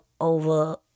over